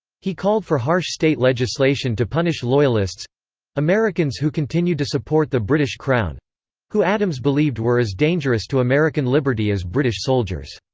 he called for harsh state legislation to punish loyalists americans who continued to support the british crown who adams believed were as dangerous to american liberty as british soldiers.